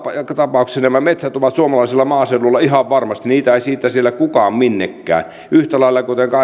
joka tapauksessa nämä metsät ovat suomalaisella maaseudulla ihan varmasti niitä ei sieltä siirrä kukaan minnekään yhtä lailla kuten